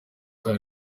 cyane